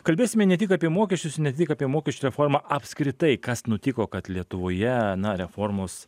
kalbėsime ne tik apie mokesčius ne tik apie mokesčių reformą apskritai kas nutiko kad lietuvoje na reformos